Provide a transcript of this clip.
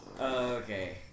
Okay